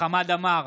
חמד עמאר,